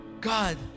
God